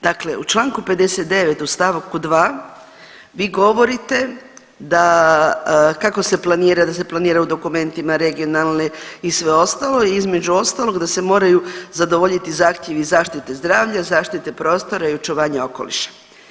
Dakle, u čl. 59. u st. 2. vi govorite da kako se planira, da se planira u dokumentima, regionalne i sve ostalo i između ostalog da se moraju zadovoljiti zahtjevi zaštite zdravlja, zaštite prostora i očuvanje okoliša.